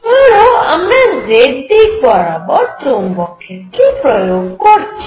ধরো আমরা z দিক বরাবর চৌম্বক ক্ষেত্র প্রয়োগ করছি